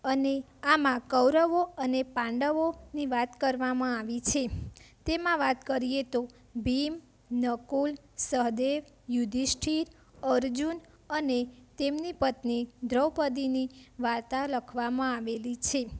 અને આમાં કૌરવો અને પાંડવોની વાત કરવામાં આવી છે તેમાં વાત કરીએ તો ભીમ નકુલ સહદેવ યુધિષ્ઠીર અર્જુન અને તેમની પત્ની દ્રૌપદીની વાર્તા લખવામાં આવેલી છે